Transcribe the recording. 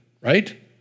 right